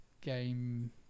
game